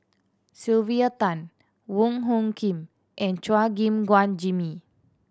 Sylvia Tan Wong Hung Khim and Chua Gim Guan Jimmy